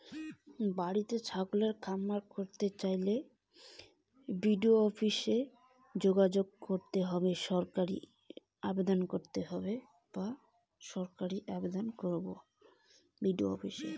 বাতিতেই ছাগলের খামার করতে চাই কোথায় আবেদন করব সরকারি সহায়তার জন্য?